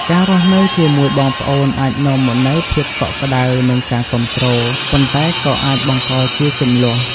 ការរស់នៅជាមួយបងប្អូនអាចនាំមកនូវភាពកក់ក្ដៅ និងការគាំទ្រ ប៉ុន្តែក៏អាចបង្កជាជម្លោះ។